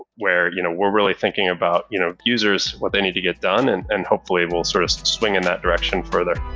where you know we're really thinking about you know users, what they need to get done and and hopefully we'll sort of swing in that direction further.